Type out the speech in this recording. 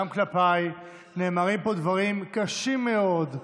נאמרים פה דברים קשים מאוד,